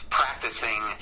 practicing